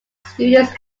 students